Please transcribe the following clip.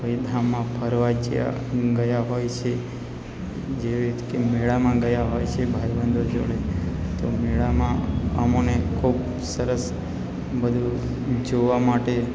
કોઈ ધામમાં ફરવા જ્યાં ગયા હોય છે જેવી રીતે કે મેળામાં ગયા હોય છીએ ભાઈબંધો જોડે તો મેળામાં અમોને ખૂબ સરસ બધુ જોવા માટે